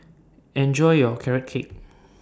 Enjoy your Carrot Cake